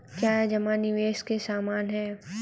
क्या जमा निवेश के समान है?